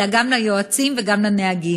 אלא גם ליועצים ולנהגים.